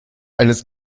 eines